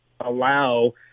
allow